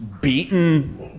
beaten